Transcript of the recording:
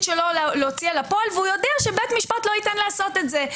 שלו להוציא אל הפועל והוא יודע שבית משפט לא ייתן לעשות זאת.